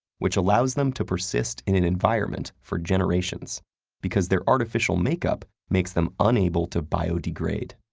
which allows them to persist in an environment for generations because their artificial makeup makes them unable to biodegrade.